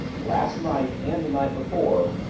last night and the night before,